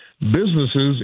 businesses